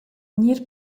gnir